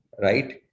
right